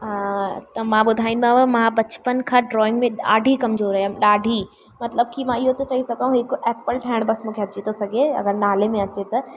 अ त मां ॿुधाईंदव बचपन खां ड्राइंग में ॾाढी कमज़ोरु आहियां ॾाढी मतिलबु की मां इहो थी चई सघां की एप्पल ठाहिणु बसि मूंखे अची थो सघे अगरि नाले में अचे त